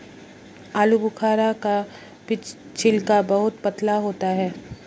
आलूबुखारा का छिलका बहुत पतला होता है